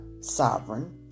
sovereign